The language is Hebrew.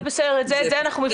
בסדר, את זה אנחנו מבינים.